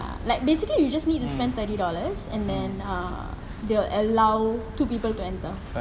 like basically you just need to spend thirty dollars and then err they will allow two people to enter